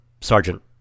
sergeant